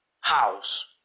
house